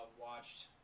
watched